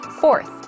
Fourth